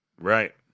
Right